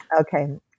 Okay